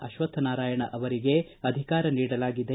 ಅಶ್ಲಕ್ಷ ನಾರಾಯಣ್ ಅವರಿಗೆ ಅಧಿಕಾರ ನೀಡಲಾಗಿದೆ